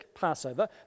Passover